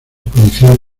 judicial